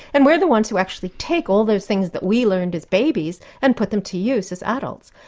and we're the ones who actually take all those things that we learned as babies and put them to use as adults.